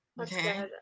okay